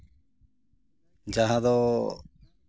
ᱡᱟᱦᱟᱸ ᱫᱚ